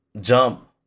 jump